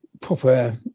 proper